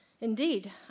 Indeed